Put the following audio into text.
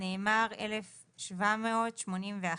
נאמר "1,781".